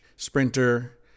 Sprinter